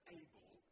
able